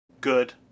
Good